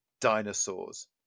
dinosaurs